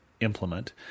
implement